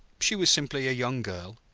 she was simply a young girl,